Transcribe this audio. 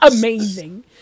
amazing